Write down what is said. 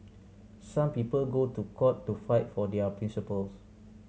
some people go to court to fight for their principles